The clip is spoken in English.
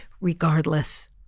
regardless